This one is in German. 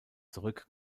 zurück